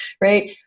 right